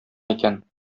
икән